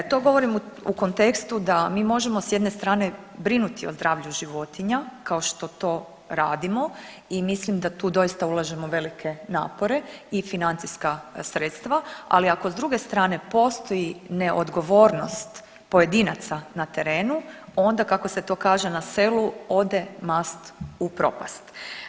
To govorim u kontekstu da mi možemo s jedne strane brinuti o zdravlju životinja, kao što to radimo i mislim da tu doista ulažemo velike napore i financijska sredstva, ali ako s druge strane postoji neodgovornost pojedinaca na terenu onda kako se to kaže na selu, ode mast u propast.